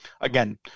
again